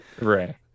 Right